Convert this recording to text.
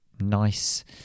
nice